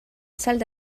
salle